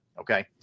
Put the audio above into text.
Okay